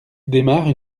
démarre